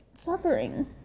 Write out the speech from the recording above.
suffering